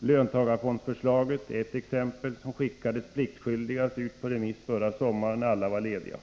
Löntagarfondsförslaget är ett exempel, som skickades ut på remiss pliktskyldigast förra sommaren när alla var lediga.